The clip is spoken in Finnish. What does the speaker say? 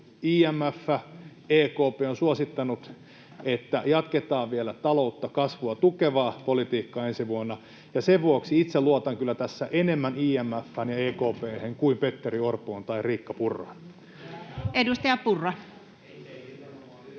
IMF ja EKP ovat suosittaneet, että jatketaan vielä taloutta, kasvua tukevaa politiikkaa ensi vuonna, ja sen vuoksi itse luotan kyllä tässä enemmän IMF:ään ja EKP:hen kuin Petteri Orpoon tai Riikka Purraan. [Speech 29]